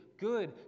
good